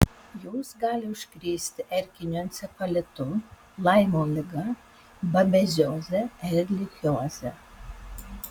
jos gali užkrėsti erkiniu encefalitu laimo liga babezioze erlichioze